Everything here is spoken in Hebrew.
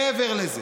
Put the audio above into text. מעבר לזה,